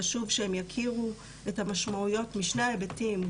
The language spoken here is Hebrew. חשוב שהם יכירו את המשמעויות משני ההיבטים,